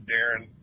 Darren